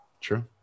True